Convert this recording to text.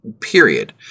Period